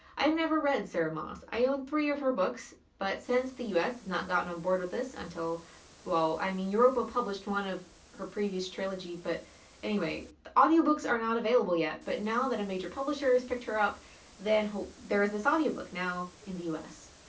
i've never read sarah moss. i own three of her books, but since the us has not gotten on board with this. until well, i mean europa published one of her previous trilogy, but anyway audiobooks are not available yet. but now that a major publishers picked up then, there is this audiobook now in the us.